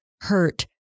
hurt